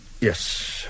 Yes